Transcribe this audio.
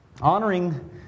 Honoring